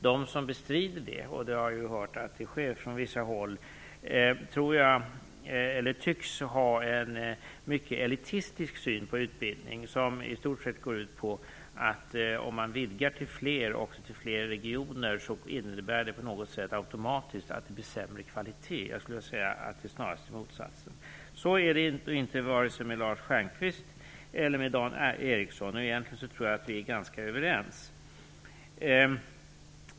De som bestrider detta - och vi har ju hört att det sker från vissa håll - tycks ha en mycket elitistisk syn på utbildning. Den går i stort sett ut på, att om man vidgar till fler regioner innebär det på något sätt automatiskt att det blir sämre kvalitet. Jag skulle vilja säga att det snarast är motsatsen som är fallet. Denna syn har dock varken Lars Stjernkvist eller Dan Ericsson. Egentligen tror jag att vi är ganska överens.